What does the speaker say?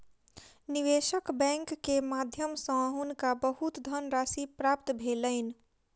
निवेशक बैंक के माध्यम सॅ हुनका बहुत धनराशि प्राप्त भेलैन